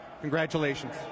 Congratulations